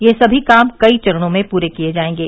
ये सभी काम कई चरणों में पूरे किये जायेंगे